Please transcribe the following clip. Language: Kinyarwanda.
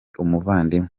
umuvandimwe